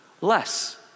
less